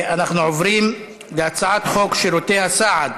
אנחנו עוברים להצעת חוק שירותי הסעד